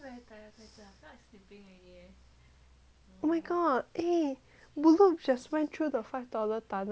oh my god eh ballut just went through the five dollar tunnel I buy